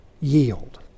yield